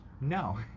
no